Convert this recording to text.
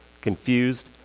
confused